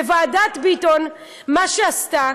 וועדת ביטון, מה שהיא עשתה,